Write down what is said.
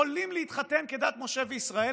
יכולים להתחתן כדת משה וישראל,